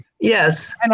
Yes